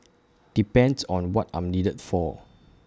depends on what I'm needed for